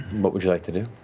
what would you like to do?